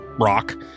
rock